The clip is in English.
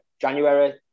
January